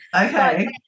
okay